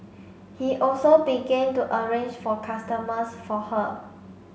he also began to arrange for customers for her